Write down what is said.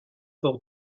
port